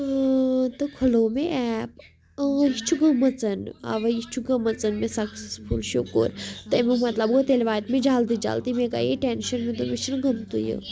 تہٕ کھُلوو مےٚ ایپ یہِ چھِ گٔمٕژ اَوَے یہِ چھُ گٔمٕژ مےٚ سَکسَسفُل شُکُر تمیُک مطلب گوٚو تیٚلہِ واتہِ مےٚ جلدی جلدی مےٚ گٔیے ٹٮ۪نشَن مےٚ دوٚپ یہِ چھِنہٕ گوٚمتُے یہِ